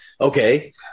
okay